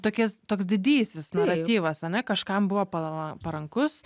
tokias toks didysis naratyvas ane kažkam buvo para parankus